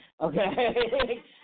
Okay